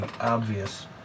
obvious